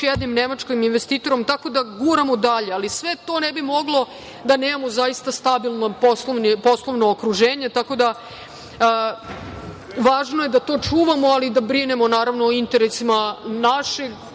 jednim nemačkim investitorom, tako da guramo dalje, ali sve to ne bi moglo da nemamo zaista potpuno stabilno poslovno okruženje. Važno je da to čuvamo, ali i da brinemo o interesima našeg